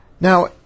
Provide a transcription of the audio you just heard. Now